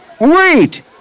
Wait